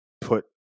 put